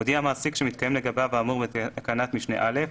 הודיע מעסיק שמתקיים לגביו האמור בתקנת משנה (א),